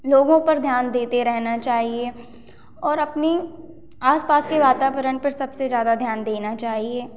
लोगों पर ध्यान देते रहना चाहिए और अपनी आसपास के वातावरण पर सबसे ज़्यादा ध्यान देना चाहिए